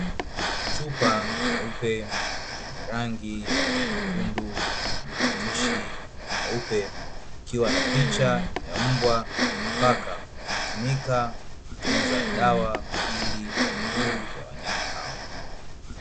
Chupa nyeupe yenye rangi nyekundu na maandishi meupe ikiwa na picha ya mbwa na paka, hutumika kutunza dawa kwaajili ya miguu ya wanyama hao.